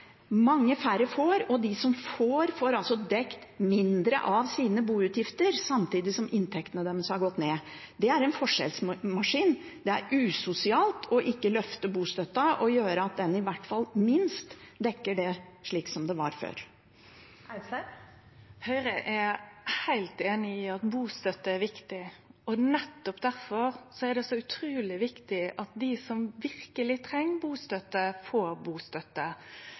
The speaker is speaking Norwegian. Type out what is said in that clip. Mange færre får, og de som får, får dekket mindre av sine boutgifter samtidig som inntektene deres har gått ned. Det er en forskjellsmaskin. Det er usosialt ikke å løfte bostøtten og gjøre at den i hvert fall minst dekker det som den gjorde før. Høgre er heilt einig i at bustøtte er viktig, og nettopp difor er det så utruleg viktig at dei som verkeleg treng bustøtte, får bustøtte.